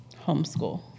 homeschool